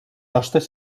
hostes